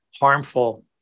harmful